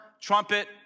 trumpet